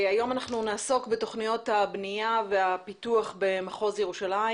היום אנחנו נעסוק בתכניות הבנייה והפיתוח במחוז ירושלים